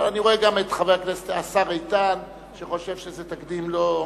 אבל אני רואה גם את השר איתן שחושב שזה תקדים לא,